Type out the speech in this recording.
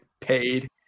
paid